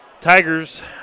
Tigers